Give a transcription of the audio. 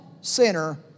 sinner